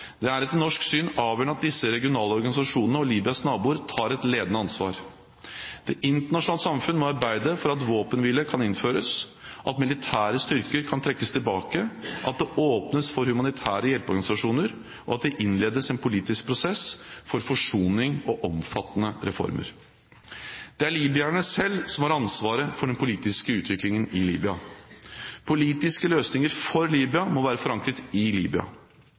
Det er etter norsk syn avgjørende at disse regionale organisasjonene og Libyas naboer tar et ledende ansvar. Det internasjonale samfunn må arbeide for at våpenhvile kan innføres, at militære styrker kan trekkes tilbake, at det åpnes for humanitære hjelpeorganisasjoner, og at det innledes en politisk prosess for forsoning og omfattende reformer. Det er libyerne selv som har ansvaret for den politiske utviklingen i Libya. Politiske løsninger for Libya må være forankret i Libya.